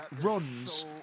runs